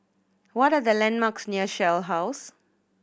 what are the landmarks near Shell House